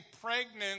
pregnant